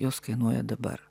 jos kainuoja dabar